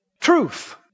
Truth